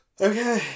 Okay